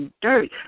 dirt